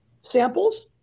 samples